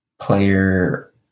Player